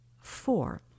Four